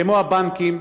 כמו הבנקים,